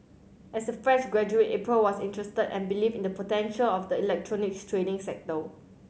as a fresh graduate April was interested and believed in the potential of the electronics trading sector